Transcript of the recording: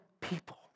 people